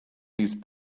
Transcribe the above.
these